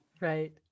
right